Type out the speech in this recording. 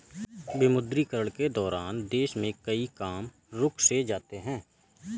विमुद्रीकरण के दौरान देश में कई काम रुक से जाते हैं